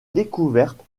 découverte